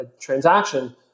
transaction